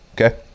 Okay